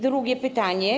Drugie pytanie.